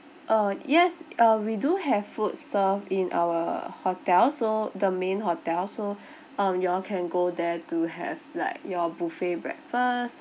uh yes uh we do have food served in our hotel so the main hotel so um you all can go there to have like your buffet breakfast